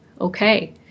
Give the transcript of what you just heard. Okay